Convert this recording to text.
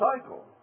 cycle